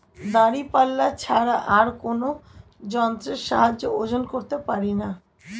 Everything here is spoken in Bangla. দাঁড়িপাল্লা ছাড়া আর কোন যন্ত্রের সাহায্যে ওজন করতে পারি?